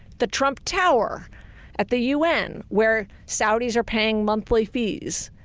the trump tower at the un where saudis are paying monthly fees.